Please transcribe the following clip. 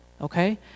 okay